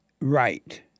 right